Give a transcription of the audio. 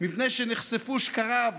מפני שנחשפו שקריו,